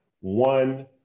one